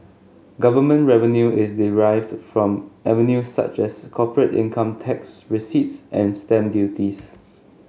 government revenue is derived from avenues such as corporate income tax receipts and stamp duties